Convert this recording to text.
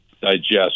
digest